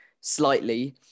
slightly